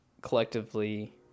collectively